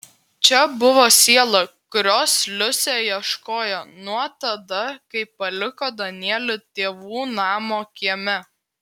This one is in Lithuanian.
čia buvo siela kurios liusė ieškojo nuo tada kai paliko danielį tėvų namo kieme